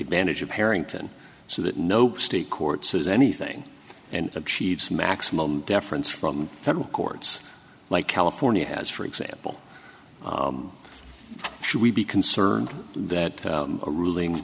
advantage of parrington so that no state court says anything and achieves maximum deference from federal courts like california has for example should we be concerned that a ruling